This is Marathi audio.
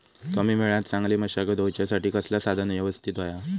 कमी वेळात चांगली मशागत होऊच्यासाठी कसला साधन यवस्तित होया?